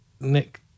Nick